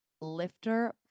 lifter